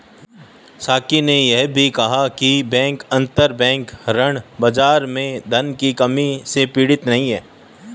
साकी ने यह भी कहा कि बैंक अंतरबैंक ऋण बाजार में धन की कमी से पीड़ित नहीं हैं